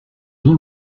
jean